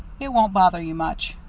it won't bother you much.